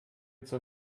zur